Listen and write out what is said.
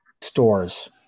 stores